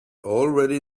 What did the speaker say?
already